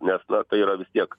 nes na tai yra tiek